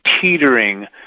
teetering